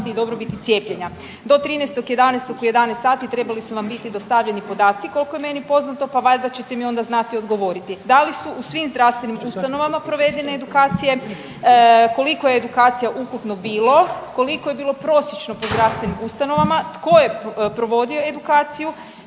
i dobrobiti cijepljenja. Do 13.11. u 11 sati trebali su vam biti dostavljeni podaci koliko je meni poznato, pa valjda ćete mi onda znati odgovoriti. Da li su u svim zdravstvenim ustanovama provedene edukacije? Koliko je edukacija ukupno bilo? Koliko je bilo prosječno po zdravstvenim ustanovama? Tko je provodio edukaciju?